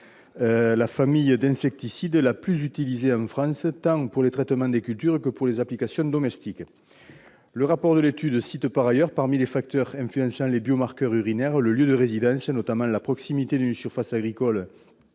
la famille d'insecticide la plus utilisée en France, tant pour les traitements des cultures que pour les applications domestiques. Le rapport de l'étude cite, par ailleurs, parmi les facteurs influençant les biomarqueurs urinaires le lieu de résidence, notamment la proximité d'une surface agricole